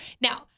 Now